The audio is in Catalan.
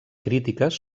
crítiques